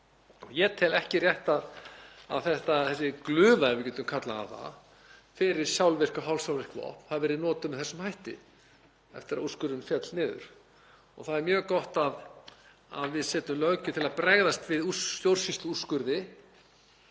Ég tel ekki rétt að þessi glufa, ef við getum kallað hana það, fyrir sjálfvirk og hálfsjálfvirk vopn hafi verið notuð með þessum hætti eftir að úrskurðurinn féll og það er mjög gott að við setjum löggjöf til að bregðast við stjórnsýsluúrskurði